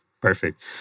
Perfect